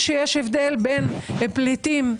יש לנו עדיין קליטת מדענים בשוטף.